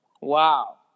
Wow